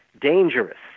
dangerous